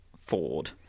Ford